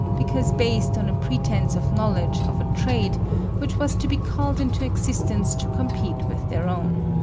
because based on a pretence of knowledge of a trade which was to be called into existence to compete with their own.